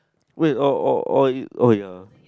wait oh oh oh it oh ya